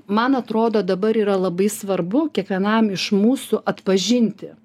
man atrodo dabar yra labai svarbu kiekvienam iš mūsų atpažinti